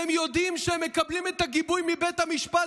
והם יודעים שהם מקבלים את הגיבוי מבית המשפט,